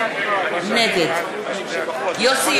נגד יוסי